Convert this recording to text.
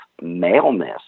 maleness